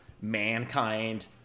mankind